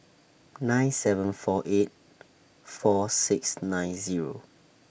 nine seven four eight four six nine Zero